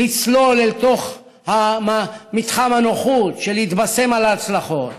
לצלול אל תוך מתחם הנוחות של להתבשם מההצלחות.